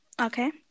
Okay